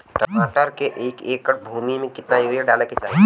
टमाटर के एक एकड़ भूमि मे कितना यूरिया डाले के चाही?